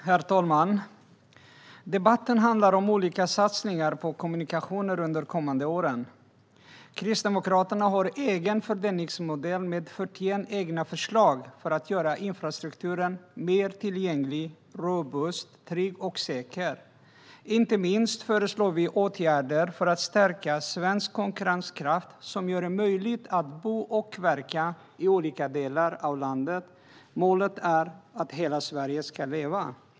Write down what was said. Herr talman! Debatten handlar om olika satsningar på kommunikationer under de kommande åren. Kristdemokraterna har en egen fördelningsmodell med 41 egna förslag för att göra infrastrukturen mer tillgänglig, robust, trygg och säker. Inte minst föreslår vi åtgärder för att stärka svensk konkurrenskraft för att göra det möjligt att bo och verka i olika delar av landet. Målet är att hela Sverige ska leva.